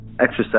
exercise